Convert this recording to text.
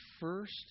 first